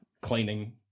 cleaning